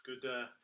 good